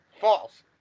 False